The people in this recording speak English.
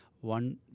One